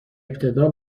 ابتدا